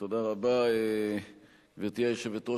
הבא בסדר-היום: